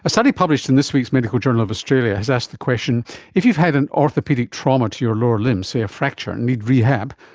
a study published in this week's medical journal of australia has asked the question if you've had an orthopaedic trauma to your lower limb, say a fracture, and need rehab,